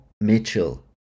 Mitchell